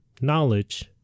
knowledge